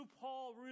Paul